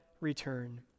return